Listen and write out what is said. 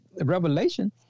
Revelation